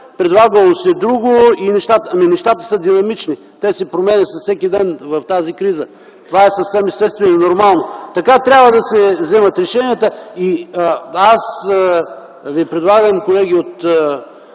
предлагало се друго. Нещата са динамични. Те се променят с всеки ден в тази криза. Това е съвсем естествено и нормално. Така трябва да се вземат решенията. И аз ви предлагам колеги от